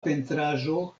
pentraĵo